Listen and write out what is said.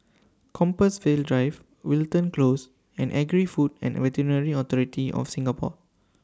Compassvale Drive Wilton Close and Agri Food and Veterinary Authority of Singapore